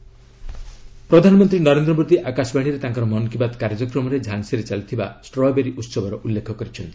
PM agriculture ପ୍ରଧାନମନ୍ତ୍ରୀ ନରେନ୍ଦ୍ର ମୋଦୀ ଆକାଶବାଣୀରେ ତାଙ୍କର ମନ୍ କି ବାତ୍ କାର୍ଯ୍ୟକ୍ରମରେ ଝାନ୍ସୀରେ ଚାଲିଥିବା ଷ୍ଟ୍ରବେରୀ ଉହବର ଉଲ୍ଲେଖ କରିଛନ୍ତି